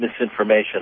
misinformation